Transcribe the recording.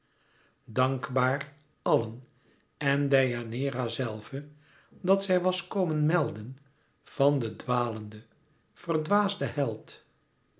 dankbaar allen en deianeira zelve dat zij was komen melden van den dwalenden verdwaasden held